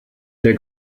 der